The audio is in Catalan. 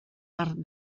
arc